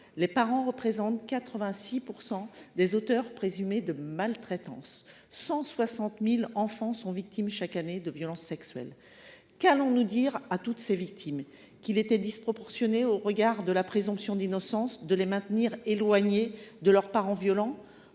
Les parents représentent 86 % des auteurs présumés de maltraitance et 160 000 enfants sont victimes chaque année de violences sexuelles. Qu’allons nous dire à toutes ces victimes ? Qu’au regard de la présomption d’innocence, il était disproportionné de les maintenir éloignés de leurs parents violents ?